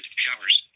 Showers